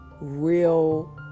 real